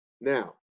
Now